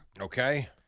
Okay